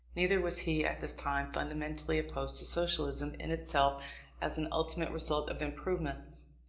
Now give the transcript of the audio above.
neither was he, at this time, fundamentally opposed to socialism in itself as an ultimate result of improvement.